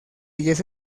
diez